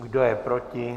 Kdo je proti?